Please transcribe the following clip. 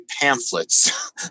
pamphlets